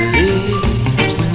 lips